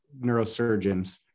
neurosurgeons